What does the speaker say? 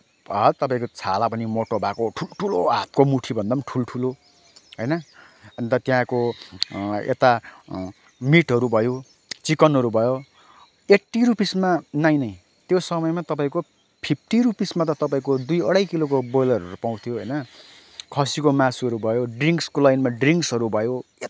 भयो तपाईँको छाला पनि मोटो भएको ठुल्ठुलो हातको मुट्ठीभन्दा पनि ठुल्ठुलो होइन अन्त त्यहाँको यता मिटहरू भयो चिकनहरू भयो एट्टी रुपिसमा नाइँ नाइँ त्यो समयमा तपाईँको फिफ्टी रुपिसमा त तपाईँको दुई अढाई किलोको बोयलरहरू पाउँथ्यो होइन खसीको मासुहरू भयो ड्रिङ्कसको लाइनमा ड्रिङ्कसहरू भयो